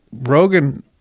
Rogan